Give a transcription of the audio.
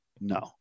no